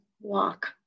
walk